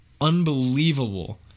unbelievable